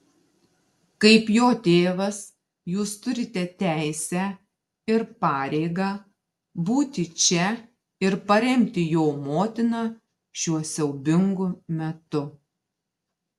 kaip jo tėvas jūs turite teisę ir pareigą būti čia ir paremti jo motiną šiuo siaubingu metu